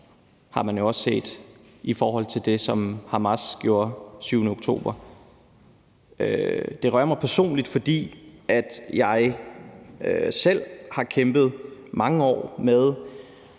har man jo også set – det, som Hamas gjorde den 7. oktober. Det rører mig personligt, fordi jeg selv har kæmpet mange år med